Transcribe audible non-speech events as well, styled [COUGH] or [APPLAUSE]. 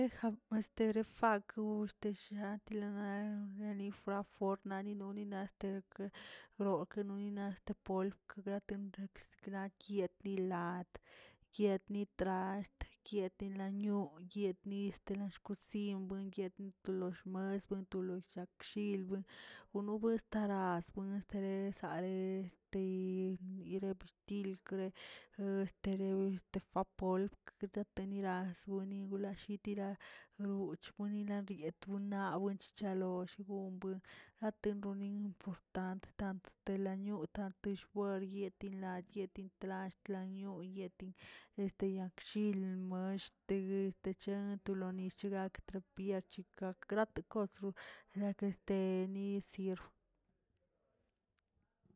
[HESITATION] esterio faku shteshiakila naꞌ reli wfrafr por nari nulani est wokinoninan este plklə gulaa tenrek sikna kietnilaa, yetni traa, yetin laniyoo, yetli na xkosin, yetli lo shmanaa, wyoon to o shakshil ono buene estará asbuene estere sare tirptil cree, este fua pol gakde kira sueni gulallꞌ tila, guch buenilaa yebuenaw chichalo shigon atenomin pur tant- tan teda not, tiena wor yetilan yetin tlash nayoo yeti, este yagshil mosht este chagto nicho gakrt biachigakgrate kos deke este ni sirbə.